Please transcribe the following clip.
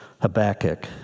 Habakkuk